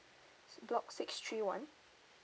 block six three one